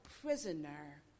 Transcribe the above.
prisoner